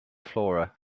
flora